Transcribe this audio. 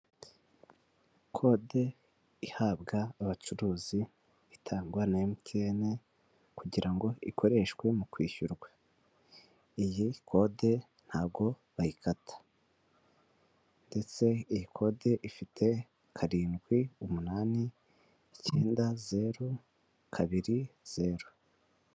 Kode ihabwa abacuruzi itangwa na MTN kugira ngo ikoreshwe mu kwishyurwa. Iyi kode ntabwo bayikata ndetse iyi kode ifite karindwi, umunani, icyenda, zeru, kabiri, zeru.